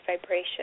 vibration